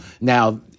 Now